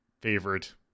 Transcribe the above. favorite